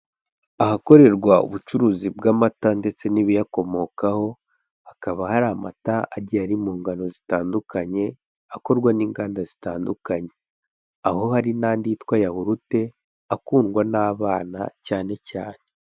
Ahakorerwa ubucuruzi bw'amata ndetse n'ibiyakomokaho, hakaba hari amata agiye ari mu ngano zitandukanye, akorwa n'inganda zitandukanye. Aho hari n'andi yitwa yahurute akundwa n'abana cyane cyane.